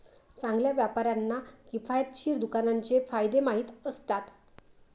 चांगल्या व्यापाऱ्यांना किफायतशीर दुकानाचे फायदे माहीत असतात